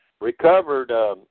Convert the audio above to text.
recovered